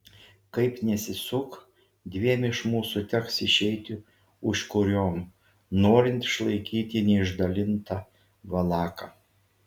kaip nesisuk dviem iš mūsų teks išeiti užkuriom norint išlaikyti neišdalintą valaką